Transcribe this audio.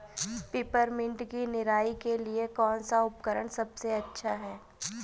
Peppermint की निराई के लिए कौन सा उपकरण सबसे अच्छा है?